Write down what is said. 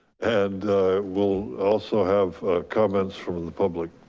and we'll also have comments from the public.